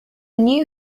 new